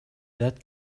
that